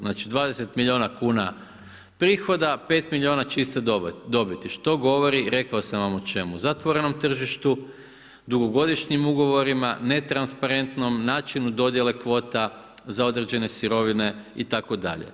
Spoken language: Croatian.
Znači 20 milijuna kuna prihoda, 5 milijuna čiste dobiti, što govori rekao sam vam o čemu, zatvorenom tržištu, dugogodišnjim ugovorima, netransparentnom načinu dodjele kvota za određene sirovine itd.